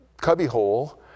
cubbyhole